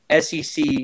SEC